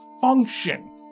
function